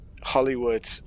Hollywood